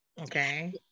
Okay